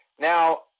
Now